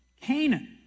Canaan